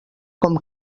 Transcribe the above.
com